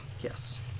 Yes